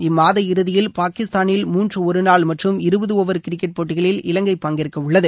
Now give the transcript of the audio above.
இம்மாத இறுதியில் பாகிஸ்தானில் மூன்று ஒருநாள் மற்றம் இருபது ஒவர் கிரிக்கெட் போட்டிகளில் இலங்கை பங்கேற்கவுள்ளது